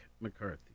McCarthy